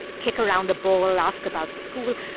kick around a ball, ask about school.